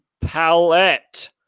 Palette